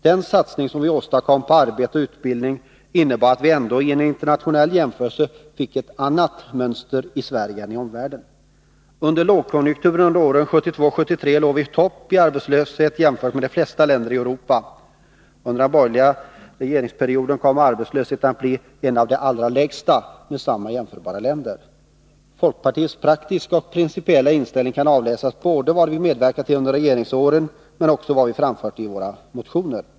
Den satsning som vi åstadkom på arbete och utbildning innebar att Sverige ändå fick ett annat mönster än omvärlden. Under lågkonjunkturen åren 1972-1973 låg Sverige i topp i fråga om arbetslöshet i förhållande till de flesta länder i Europa. Under den borgerliga regeringsperioden kom arbetslösheten, jämförd med arbetslösheten i samma länder i Europa, att bli en av de allra lägsta. Folkpartiets praktiska och principiella inställning kan avläsas både av det vi medverkade till under regeringsåren och också av vad vi har framfört i våra motioner.